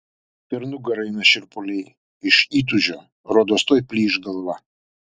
per nugarą eina šiurpuliai iš įtūžio rodos tuoj plyš galva